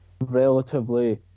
relatively